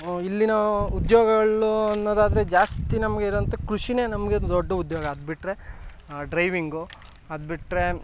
ಇಲ್ಲಿನ ಉದ್ಯೋಗಗಳು ಅನ್ನೋದಾದರೆ ಜಾಸ್ತಿ ನಮಗೆ ಇರುವಂಥ ಕೃಷಿಯೇ ನಮಗೆ ದೊಡ್ಡ ಉದ್ಯೋಗ ಅದು ಬಿಟ್ರೆ ಡ್ರೈವಿಂಗು ಅದು ಬಿಟ್ರೆ